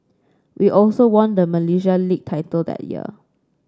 we also won the Malaysia League title that year